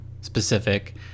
specific